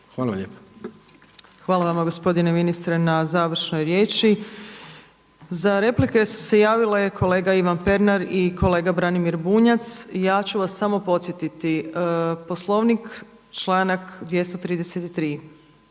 Hvala vama ministre na završenoj riječi. Za replike su se javili kolega Ivan Pernar i kolega Branimir Bunjac. Ja ću vas samo podsjetiti, Poslovnik, članak 233.